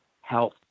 health